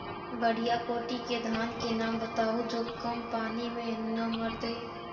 बढ़िया कोटि के धान के नाम बताहु जो कम पानी में न मरतइ?